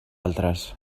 altres